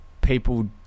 people